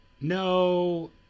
No